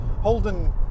Holden